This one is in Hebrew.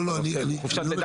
לא, אני לא ביקשתי.